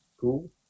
Cool